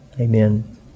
Amen